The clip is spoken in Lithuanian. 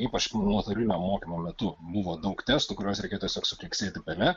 ypač nuotolinio mokymo metu buvo daug testų kuriuos reikėjo tiesiog sukleksėti pele